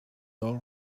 all